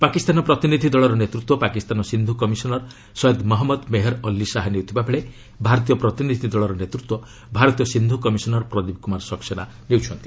ପାକିସ୍ତାନ ପ୍ରତିନିଧି ଦଳର ନେତୃତ୍ୱ ପାକିସ୍ତାନ ସିନ୍ଧୁ କମିଶନର ସଏଦ୍ ମହଞ୍ମଦ ମେହର ଅଲ୍ଲି ଶାହା ନେଉଥିବା ବେଳେ ଭାରତୀୟ ପ୍ରତିନିଧି ଦଳର ନେତୃତ୍ୱ ଭାରତୀୟ ସିନ୍ଧୁ କମିଶନର ପ୍ରଦୀପ କ୍ତମାର ସକସେନା ନେଉଛନ୍ତି